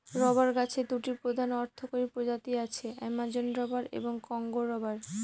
rubber গাছের দুটি প্রধান অর্থকরী প্রজাতি আছে, অ্যামাজন রবার এবং কংগো রবার